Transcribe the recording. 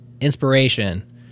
inspiration